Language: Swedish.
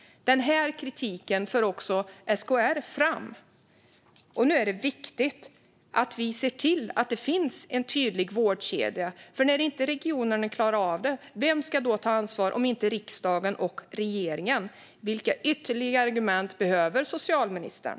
Den här kritiken för också SKR fram. Nu är det viktigt att vi ser till att det finns en tydlig vårdkedja. När inte regionerna klarar av det, vem ska då ta ansvar om inte riksdagen och regeringen? Vilka ytterligare argument behöver socialministern?